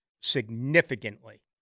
significantly